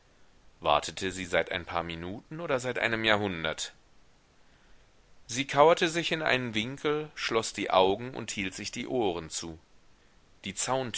wartete sie seit ein paar minuten oder seit einem jahrhundert sie kauerte sich in einen winkel schloß die augen und hielt sich die ohren zu die